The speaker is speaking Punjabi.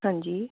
ਹਾਂਜੀ